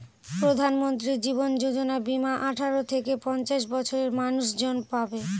প্রধানমন্ত্রী জীবন যোজনা বীমা আঠারো থেকে পঞ্চাশ বছরের মানুষজন পাবে